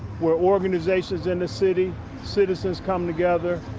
where organizations in the city citizens come together,